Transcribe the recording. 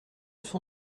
son